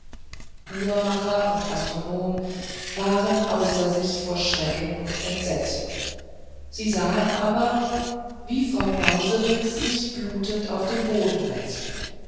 uhrmacher und astronom waren außer sich vor schreck und entsetzen sie sahen aber wie frau mauserinks sich blutend auf dem boden wälzte